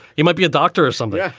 you might be a doctor or something. yeah